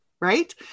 Right